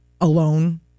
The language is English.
alone